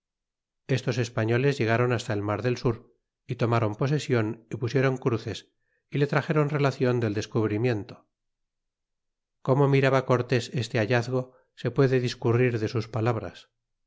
estos españoles llegaron hasta el mar del sur y tomiron posesion pusidron cruces y le traxdron relacion del descubrimiento como miraba cortes este hallazgo se puede discurrir de sus palabras